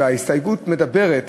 ההסתייגות מדברת